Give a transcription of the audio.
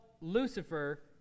Lucifer